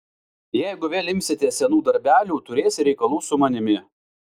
jeigu vėl imsies senų darbelių turėsi reikalų su manimi